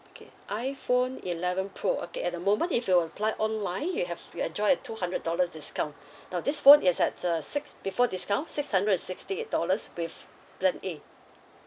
okay iPhone eleven pro okay at the moment if you apply online you have you enjoy a two hundred dollars discount now this phone is at uh six before discount six hundred and sixty eight dollars with plan A